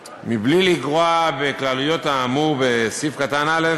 '(ב) בלי לגרוע מכלליות האמור בסעיף קטן (א),